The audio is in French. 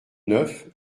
neuf